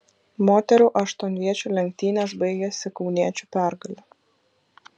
moterų aštuonviečių lenktynės baigėsi kauniečių pergale